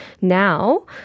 now